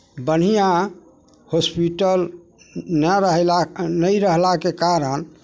बढ़िआँ हॉस्पिटल नहि रहलाक नहि रहलाक कारण